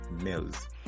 males